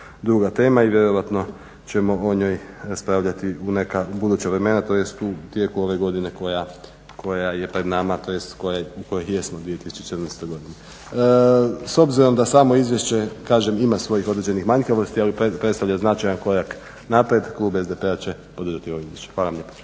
druga tema i vjerojatno ćemo o njoj raspravljati u neka buduća vremena, tj. u tijeku ove godine koja je pred nama, tj. u kojoj jesmo, 2014.godini. S obzirom da samo izvješće kažem ima svojih određenih manjkavosti ali predstavlja značajan korak naprijed Klub SDP-a će podržati ovo izvješće. **Stazić, Nenad